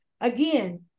again